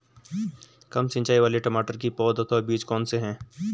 कम सिंचाई वाले टमाटर की पौध अथवा बीज कौन से हैं?